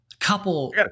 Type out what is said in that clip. couple